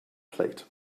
plate